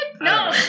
no